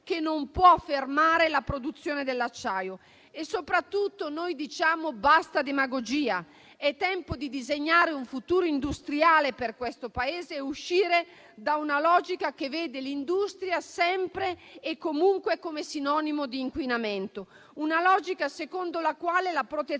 che non può fermare la produzione dell'acciaio E soprattutto noi diciamo: basta demagogia. È tempo di disegnare un futuro industriale per questo Paese e di uscire da una logica che vede l'industria sempre e comunque come sinonimo di inquinamento; una logica secondo la quale la protezione